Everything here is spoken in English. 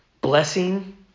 blessing